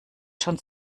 schon